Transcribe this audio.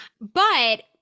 but-